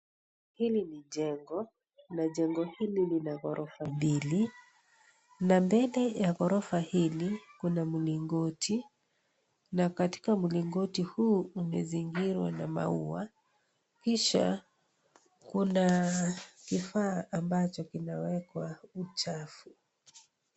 Hili ni jengo na jengo hili lina ghorofa mbili na mbele ya ghorofa hili, kuna mlingoti na katika mlingoti huu umezingirwa na maua, kisha kuna kifaa ambacho kinawekwa uchafu.